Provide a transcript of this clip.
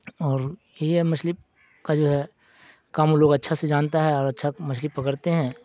اور یہ مچھلی کا جو ہے کام لوگ اچھا سا جانتا ہے اور اچھا مچھلی پکڑتے ہیں